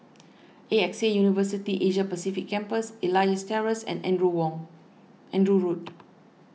A X A University Asia Pacific Campus Elias Terrace and Andrew Road